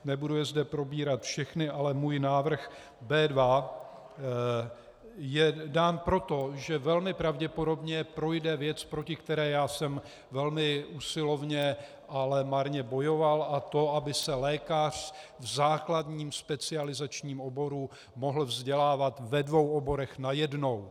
Nebudu je zde probírat všechny, ale můj návrh B2 je dán proto, že velmi pravděpodobně projde věc, proti které já jsem velmi usilovně, ale marně bojoval, a to aby se lékař v základním specializačním oboru mohl vzdělávat ve dvou oborech najednou.